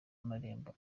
amarembo